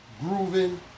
grooving